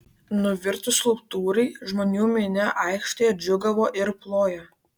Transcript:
nuvirtus skulptūrai žmonių minia aikštėje džiūgavo ir plojo